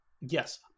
yes